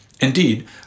Indeed